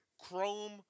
chrome